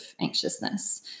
anxiousness